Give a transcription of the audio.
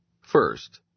First